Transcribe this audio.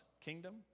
Kingdom